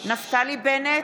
נפתלי בנט,